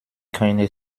keine